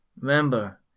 Remember